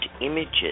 images